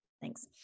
Thanks